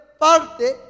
parte